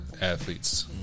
athletes